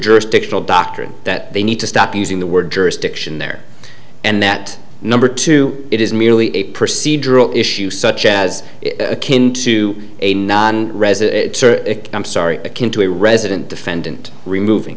jurisdictional doctrine that they need to stop using the word jurisdiction there and that number two it is merely a procedural issue such as akin to a non reza i'm sorry akin to a resident defendant removing